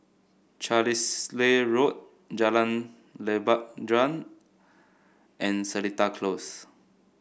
Carlisle Road Jalan Lebat Daun and Seletar Close